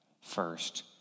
first